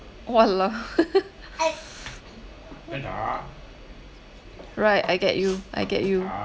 !walao! right I get you I get you